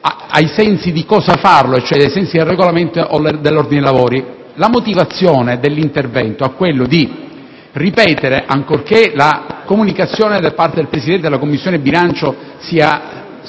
ai sensi di cosa intervenire, se del Regolamento o dell'ordine dei lavori. La motivazione dell'intervento è quella di ripetere, ancorché la comunicazione del Presidente della Commissione bilancio sia stata